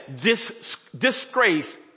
disgrace